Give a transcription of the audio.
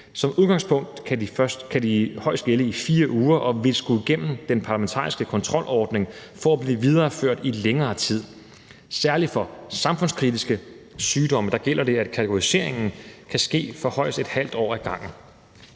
Som udgangspunkt kan de højst gælde i 4 uger, og de vil skulle igennem den parlamentariske kontrolordning for at blive videreført i længere tid. Særlig for samfundskritiske sygdomme gælder det, at kategoriseringen kan ske for højst et halvt år ad gangen.